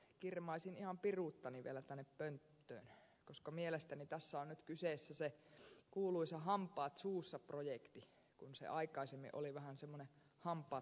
kirmaisin ihan piruuttani vielä tänne pönttöön koska mielestäni tässä on nyt kyseessä se kuuluisa hampaat suussa projekti kun se aikaisemmin oli vähän semmoinen hampaat naulassa